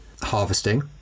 harvesting